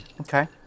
Okay